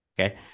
Okay